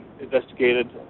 investigated